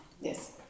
yes